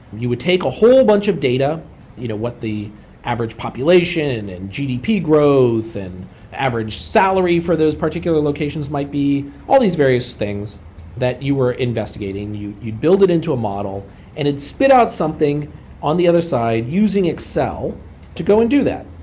you would take a whole bunch of data you know what the average population and gdp growth and average salary for those particular locations might be, all these various things that you were investigating. you'd build it into a model and it spit out something on the other side using excel to go and do that.